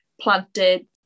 planted